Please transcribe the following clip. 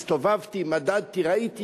הסתובבתי, מדדתי, ראיתי.